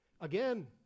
again